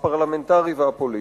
הפרלמנטרי והפוליטי.